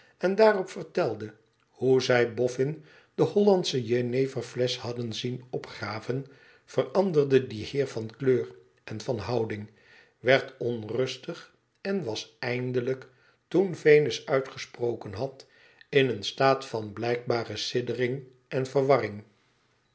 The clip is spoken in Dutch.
en daarop vertelde hoe zij bofïin de hollandsche jeneverflesch hadden zien opgraven veranderde die heer van kleur en van houding werd onrustig en was eindelijk toen venus uitgesproken had ineen staat van blijkbare siddering en verwarring